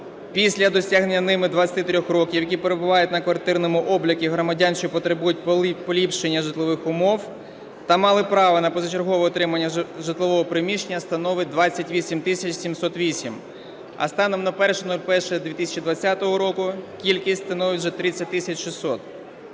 після досягнення ними 23 років, які перебувають на квартирному обліку громадян, що потребують поліпшення житлових умов та мали право на позачергове отримання житлового приміщення, становить 28708. А станом на 01.01.2020 року кількість становить вже 30600.